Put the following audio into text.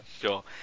Sure